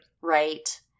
Right